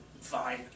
fine